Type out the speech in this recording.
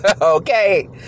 okay